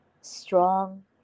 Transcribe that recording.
strong